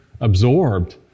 absorbed